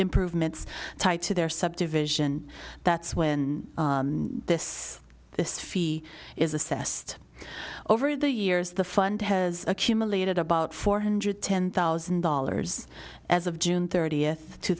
improvements tied to their subdivision that's when this this fee is assessed over the years the fund has accumulated about four hundred ten thousand dollars as of june thirtieth two